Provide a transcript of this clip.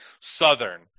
southern